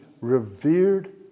revered